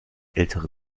ältere